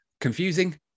confusing